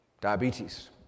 diabetes